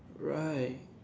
right